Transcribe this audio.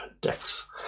decks